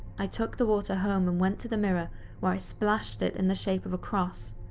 i took the water home and went to the mirror where i splashed it in the shape of a cross.